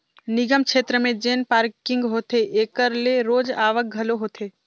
निगम छेत्र में जेन पारकिंग होथे एकर ले रोज आवक घलो होथे